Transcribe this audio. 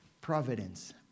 providence